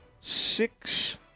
six